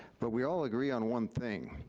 but we all agree on one thing.